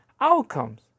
outcomes